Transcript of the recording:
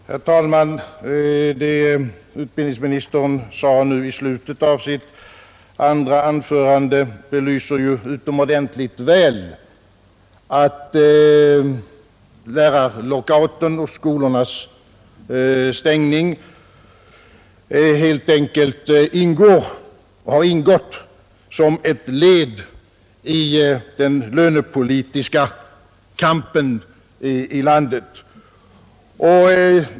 Herr talman! Vad utbildningsministern sade i slutet av sitt andra anförande belyser utomordentligt väl att lärarlockouten och skolornas stängning helt enkelt har ingått som ett led i den lönepolitiska kampen i landet.